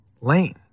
lane